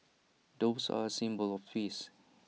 doves are A symbol of peace